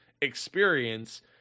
experience